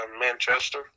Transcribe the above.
Manchester